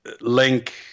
Link